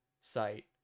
site